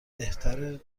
بهتره